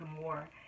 more